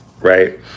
Right